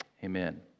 Amen